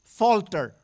falter